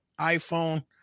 iPhone